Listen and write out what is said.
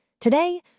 Today